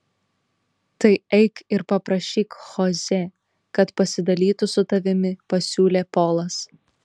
tai eik ir paprašyk chosė kad pasidalytų su tavimi pasiūlė polas